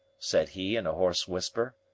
said he in a hoarse whisper.